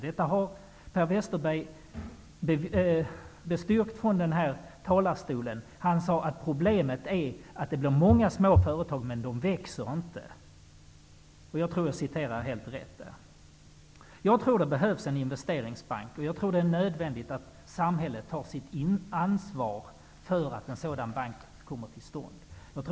Det har Per Westerberg bestyrkt från denna talarstol. Han sade att problemet var att det blir många små företag, men de växer inte --jag tror att jag återger honom helt rätt. Det behövs en investeringsbank, och jag tror det är nödvändigt att samhället tar sitt ansvar för att en sådan bank kommer till stånd.